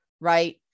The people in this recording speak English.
right